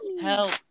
help